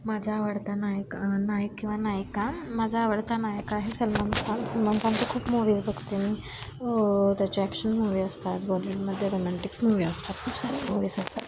माझा आवडता नायका नायक किंवा नायिका माझा आवडता नायक आहे सलमान खान सलमान खानचे खूप मूवीज बघते मी त्याच्या ॲक्शन मूवी असतात बॉलीवूडमध्ये रोमॅन्टिक्स मूवी असतात खूप सारे मूवीज असतात